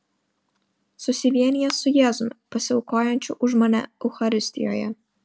susivienijęs su jėzumi pasiaukojančiu už mane eucharistijoje